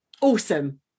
Awesome